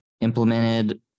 implemented